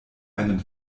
einen